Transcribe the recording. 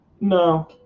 No